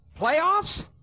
playoffs